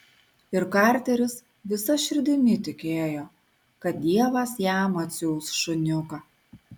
ir karteris visa širdimi tikėjo kad dievas jam atsiųs šuniuką